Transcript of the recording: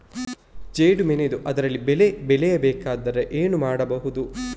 ಜೇಡು ಮಣ್ಣಿದ್ದು ಅದರಲ್ಲಿ ಬೆಳೆ ಬೆಳೆಯಬೇಕಾದರೆ ಏನು ಮಾಡ್ಬಹುದು?